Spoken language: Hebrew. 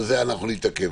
על זה אנחנו נתעכב.